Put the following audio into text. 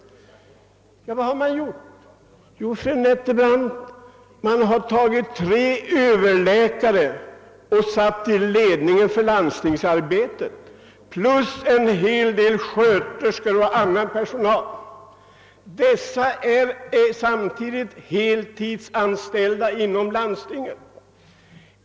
Vad har man gjort, fru Nettelbrandt? Jo, man har satt tre överläkare i ledningen för landstingsarbetet plus en hel del sköterskor och annan specialutbildad personal. Dessa är samtidigt heltidsanställda inom landstinget.